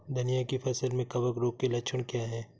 धनिया की फसल में कवक रोग के लक्षण क्या है?